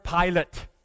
Pilate